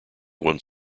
one